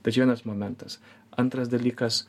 tai čia vienas momentas antras dalykas